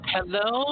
Hello